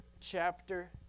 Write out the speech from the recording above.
chapter